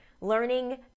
learning